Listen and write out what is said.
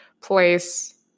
place